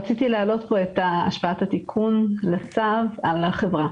רציתי להעלות פה את השפעת התיקון לצו על החברה.